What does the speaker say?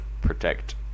protect